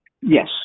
Yes